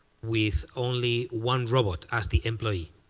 with only one robot as the employee.